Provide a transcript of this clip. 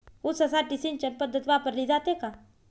ऊसासाठी सिंचन पद्धत वापरली जाते का?